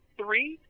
three